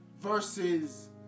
versus